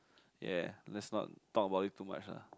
ya let's not talk about it too much lah